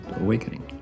awakening